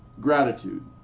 Gratitude